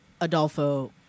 Adolfo